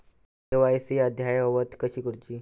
KYC अद्ययावत कशी करुची?